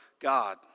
God